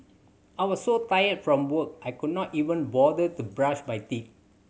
I was so tired from work I could not even bother to brush my teeth